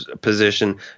position